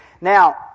Now